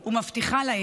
בבקשה.